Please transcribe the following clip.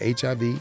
HIV